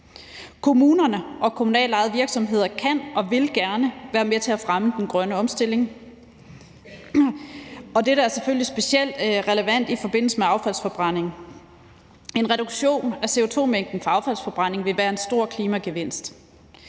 Kommunerne og kommunalt ejede virksomheder kan og vil gerne være med til at fremme den grønne omstilling, og det er selvfølgelig specielt relevant i forbindelse med affaldsforbrænding. En reduktion af CO2-mængden fra affaldsforbrænding vil være en stor klimagevinst.